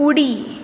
उडी